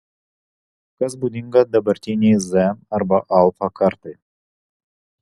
kas būdinga dabartinei z arba alfa kartai